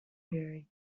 theory